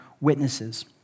witnesses